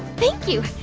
thank you.